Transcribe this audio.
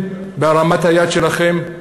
אתם, בהרמת היד שלכם,